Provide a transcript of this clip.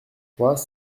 trois